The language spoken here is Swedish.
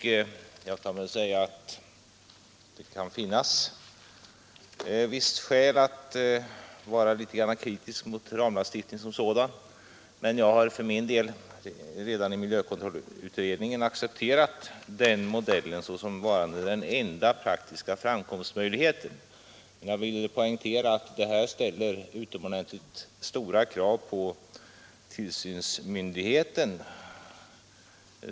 Det kan finnas skäl att vara kritisk mot ramlagstiftning som sådan, men jag har för min del redan i miljökontrollutredningen accepterat den modellen såsom varande den enda praktiskt framkomliga vägen. Men jag vill poängtera att det ställer utomordentligt stora krav på tillsynsmyndigheten.